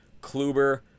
Kluber